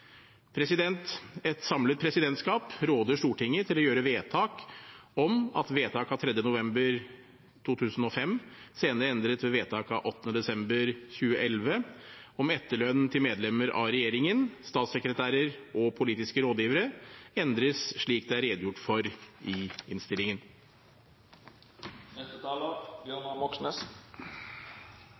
Et samlet presidentskap råder Stortinget til å gjøre vedtak om at vedtak av 3. november 2005, senere endret ved vedtak av 8. desember 2011, om etterlønn til medlemmer av regjeringen, statssekretærer og politiske rådgivere endres slik det er redegjort for i innstillingen.